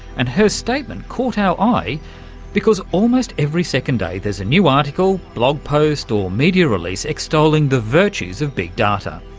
and her statement caught our eye because almost every second day there's a new article, blog post or media release extolling the virtues of big data.